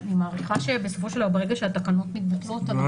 אני מעריכה שברגע שהתקנות מתבטלות --- אז